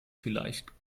vielleicht